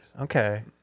Okay